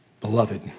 beloved